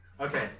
Okay